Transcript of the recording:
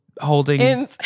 holding